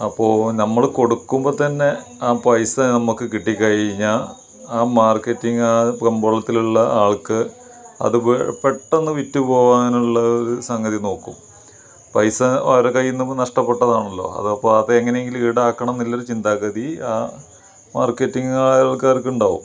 അപ്പോൾ നമ്മൾ കൊടുക്കുമ്പോൾ തന്നെ ആ പൈസ നമുക്ക് കിട്ടി കഴിഞ്ഞാൽ ആ മാർക്കറ്റിങ് ആ കമ്പോളത്തിലുള്ള ആൾക്ക് അത് പെ പെട്ടന്ന് വിറ്റ് പോകാനുള്ള ഒരു സംഗതി നോക്കും പൈസ അവരെ കൈയ്യിൽ നിന്ന് നഷ്ടപ്പെട്ടതാണല്ലോ അത് അപ്പോൾ അത് എങ്ങനെയെങ്കിലും ഈടാക്കണം എന്നുള്ളൊരു ചിന്താഗതി ആ മാർക്കറ്റിങ് ആൾക്കാർക്ക് ഉണ്ടാകും